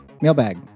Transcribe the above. mailbag